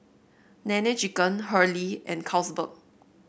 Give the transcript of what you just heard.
Nene Chicken Hurley and Carlsberg